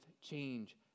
change